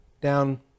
down